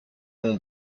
mon